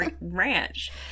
ranch